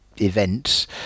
Events